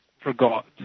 forgot